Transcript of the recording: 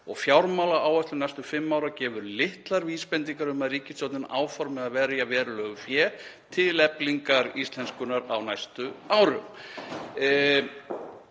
og fjármálaáætlun næstu fimm ára gefur litlar vísbendingar um að ríkisstjórnin áformi að verja verulegu fé til eflingar íslenskunnar á næstu árum.“